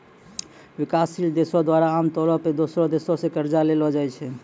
विकासशील देशो द्वारा आमतौरो पे दोसरो देशो से कर्जा लेलो जाय छै